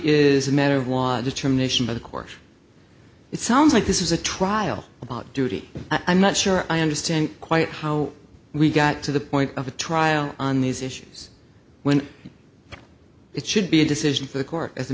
is a matter of law determination but of course it sounds like this is a trial of duty i'm not sure i understand quite how we got to the point of the trial on these issues when it should be a decision for the court as a